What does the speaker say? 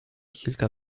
kilka